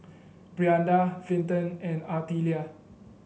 Brianda Vinton and Artelia